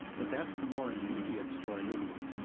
but that's the more immediate story, isn't it?